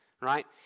right